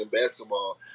basketball